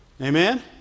Amen